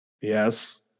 Yes